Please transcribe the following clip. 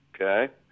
okay